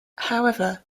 however